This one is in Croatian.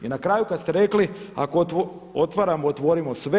I na kraju kad ste rekli ako otvaramo otvorimo sve.